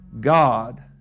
God